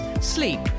sleep